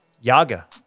Yaga